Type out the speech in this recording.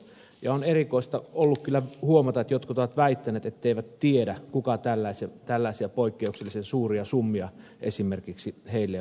erikoista on ollut kyllä huomata että jotkut ovat väittäneet etteivät tiedä kuka esimerkiksi tällaisia poikkeuksellisen suuria summia heille on antanut